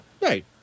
Right